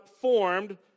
formed